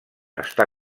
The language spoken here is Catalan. està